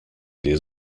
des